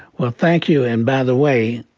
well, thank you. and by the way,